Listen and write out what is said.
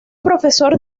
profesor